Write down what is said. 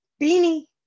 Beanie